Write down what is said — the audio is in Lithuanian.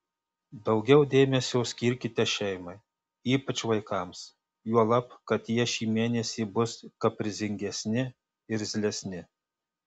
daugiau dėmesio skirkite šeimai ypač vaikams juolab kad jie šį mėnesį bus kaprizingesni irzlesni